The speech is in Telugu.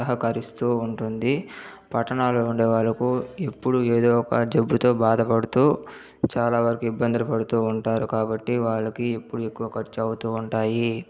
సహకరిస్తూ ఉంటుంది పట్టణాల్లో ఉండేవారకు ఎప్పుడు ఏదో ఒక జబ్బుతో బాధపడుతూ చాలావరకు ఇబ్బందులు పడుతూ ఉంటారు కాబట్టి వాళ్ళకి ఎప్పుడు ఎక్కువ ఖర్చు అవుతూ ఉంటాయి